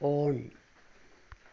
on